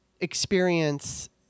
experience